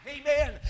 Amen